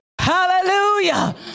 Hallelujah